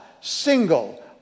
single